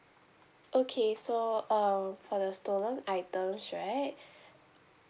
okay so um for the stolen items right